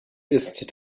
ist